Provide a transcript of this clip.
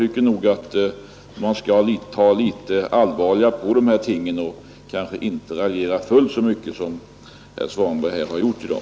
Enligt min mening skall man nog ta allvarligare på dessa ting och inte raljera fullt så mycket som herr Svanberg har gjort i dag.